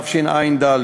חידוש הליכים),